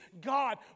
God